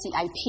CIP